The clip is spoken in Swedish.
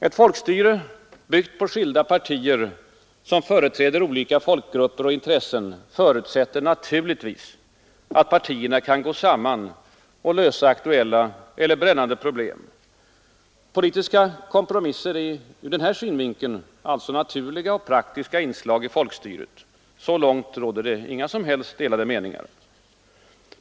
Ett folkstyre, byggt på skilda partier som företräder olika folkgrupper och intressen, förutsätter naturligtvis att partierna kan gå samman för att lösa aktuella eller brännande problem. Politiska kompromisser är ur denna synvinkel naturliga och praktiska inslag i folkstyret. Så långt råder det inga som helst delade meningar.